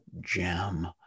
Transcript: gem